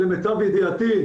למיטב ידיעתי,